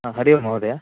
हरिः ओम् महोदय